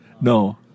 No